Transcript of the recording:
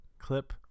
Clip